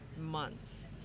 months